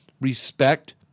respect